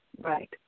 Right